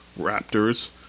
Raptors